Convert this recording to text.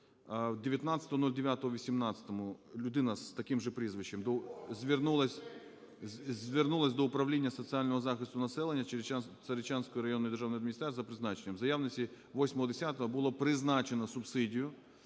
19.09.18 людина з таким же прізвищем звернулась до Управління соціального захисту населенняЦаричанської районної державної адміністрації за призначенням. Заявниці 08.10. було призначено субсидію